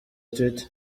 twitter